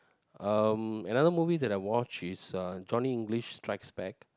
um another movie that I watch is uh Johnny-English strikes back